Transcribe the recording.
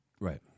Right